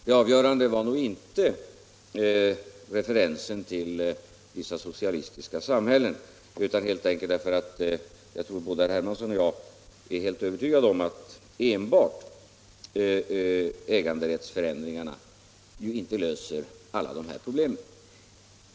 Det avgörande var inte referensen till vissa socialistiska samhällen utan helt enkelt att jag tror att både herr Hermansson och jag är helt övertygade om att enbart äganderättsförändringarna inte löser alla problem.